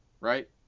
right